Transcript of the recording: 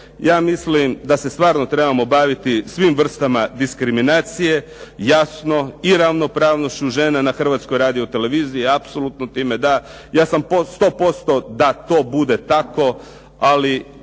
ja mislim da se stvarno trebamo baviti svim vrstama diskriminacije, jasno i ravnopravnošću žena na Hrvatskoj radio televiziji, apsolutno time da, ja sam 100% da to bude tako ali